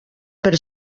per